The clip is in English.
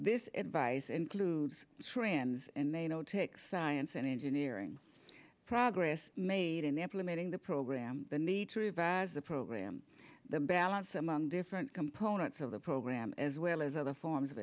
this advice includes friends and they know take science and engineering progress made in the implementing the program the need to revise the program the balance among different components of the program as well as other forms of